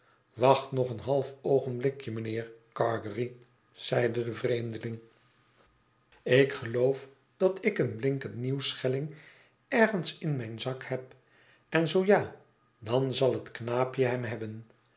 wacht nog een half oogenblikje mijnheer gargery zeide de vreemdeling ik geloof dat twee banknoten van een pond n ik een blinkend nieuwen scheliing ergens in mijn zak heb en zoo ja dan zal het knaapje hem hebben